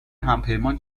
همپیمان